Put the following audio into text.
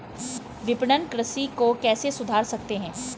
विपणन कृषि को कैसे सुधार सकते हैं?